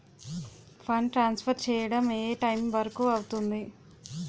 Fund transfer చేయడం ఏ time వరుకు అవుతుంది?